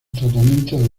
tratamiento